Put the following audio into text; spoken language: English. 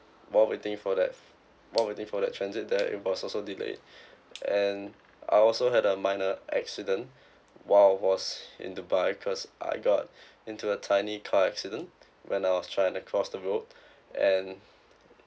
while waiting for that while waiting for that transit there it was also delayed and I also had a minor accident while was in dubai cause I got into a tiny car accident when I was trying to cross the road and